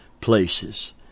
places